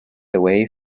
away